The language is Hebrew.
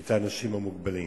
את האנשים המוגבלים.